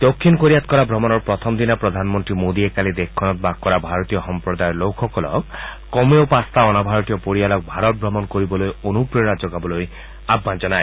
দক্ষিণ কোৰিয়াত কৰা ভ্ৰমণৰ প্ৰথম দিনা প্ৰধানমন্ত্ৰী মোডীয়ে কালি দেশখনত বাস কৰা ভাৰতীয় সম্প্ৰদায়ৰ লোকসকলক কমেও পাঁচটা অনা ভাৰতীয় পৰিয়ালক ভাৰত ভ্ৰমণ কৰিবলৈ অনুপ্ৰেৰণা যোগাবলৈ আহান জনায়